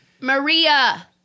Maria